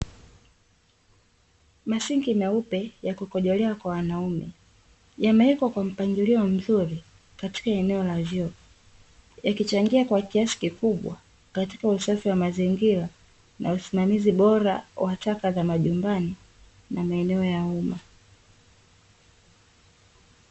Masinki meupe ya kukojolea kwa wanaume yamewekwa kwa mpangilio mzuri katika eneo la vyoo, yakichangia kwa kiasi kikubwa katika usafi wa mazingira na usimamizi bora wa taka za majumbani, na maeneo ya uma.